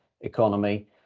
economy